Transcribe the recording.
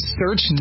search